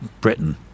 Britain